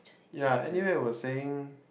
yeah anyway I was saying